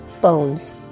bones